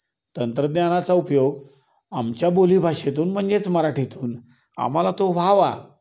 तंत्रज्ञानाचा उपयोग आमच्या बोली भाषेतून म्हणजेच मराठीतून आम्हाला तो व्हावा